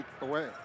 away